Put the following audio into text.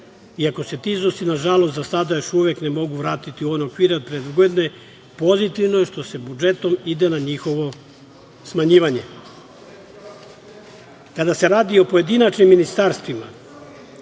Iako se ti iznosi, nažalost, za sada još uvek ne mogu vratiti u one okvire pre dve godine, pozitivno je što se budžetom ide na njihovo smanjivanje. Kada se radi o pojedinačnim ministarstvima,